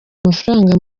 amafaranga